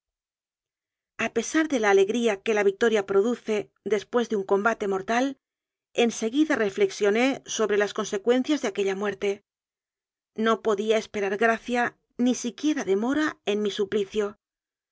movimiento a pesar de la alegría que la victoria produce después de un combate mortal en seguida refle xioné sobre las consecuencias de aquella muerte no podía esperar gracia ni siquiera demora en mi suplicio